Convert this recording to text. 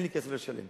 אין לי כסף לשלם.